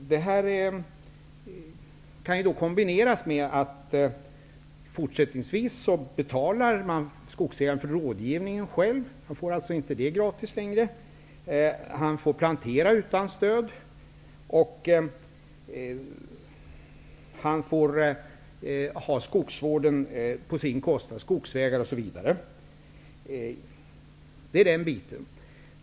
Detta kan kombineras med att man fortsättningsvis själv betalar skogsägaren för rådgivning -- den är alltså inte gratis längre -- att man får plantera utan stöd och att man själv får bekosta skogsvård, skogsvägar osv.